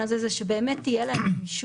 זאת אומרת את כל המעגל השני.